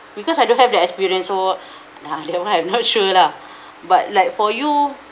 because I don't have the experience so nah that one I not sure lah but like for you